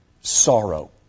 sorrow